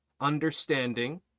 understanding